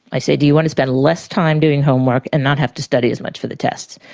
i said do you want to spend less time doing homework and not have to study as much for the tests.